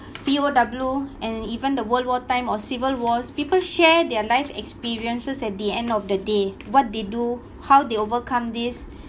P_O_W and even the world war time or civil wars people share their life experiences at the end of the day what they do how they overcome this